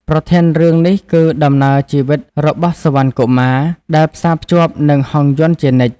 ប្រធានរឿងនេះគឺដំណើរជីវិតរបស់សុវណ្ណកុមារ ដែលផ្សារភ្ជាប់នឹងហង្សយន្តជានិច្ច។